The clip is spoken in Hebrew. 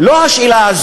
לא זו השאלה,